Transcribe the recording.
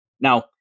Now